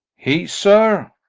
he, sir.